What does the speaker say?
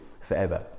forever